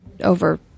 over